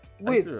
Wait